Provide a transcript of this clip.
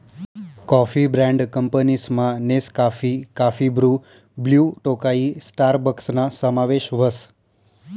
coffee brand कंपनीसमा Nescafe, coffee Bru, Blue Tokai स्टारबक्सना समावेश व्हस